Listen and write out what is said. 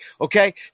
Okay